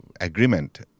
agreement